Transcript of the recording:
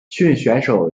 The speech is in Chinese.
选手